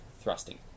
thrusting